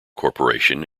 corporation